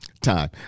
time